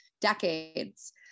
decades